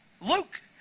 Luke